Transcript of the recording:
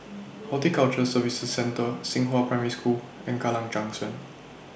Horticulture Services Centre Xinghua Primary School and Kallang Junction